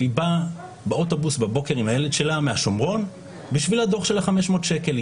היא באה באוטובוס בבוקר עם הילד שלה מהשומרון בשביל הדוח של ה-500 שקל,